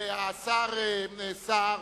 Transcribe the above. השר סער,